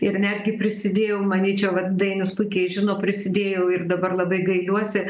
ir netgi prisidėjau manyčiau vat dainius puikiai žino prisidėjau ir dabar labai gailiuosi